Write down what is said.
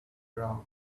round